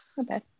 okay